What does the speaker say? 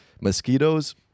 mosquitoes